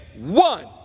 one